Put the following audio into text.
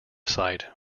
site